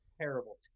Terrible